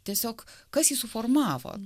tiesiog kas jį suformavo